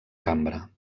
cambra